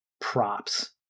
props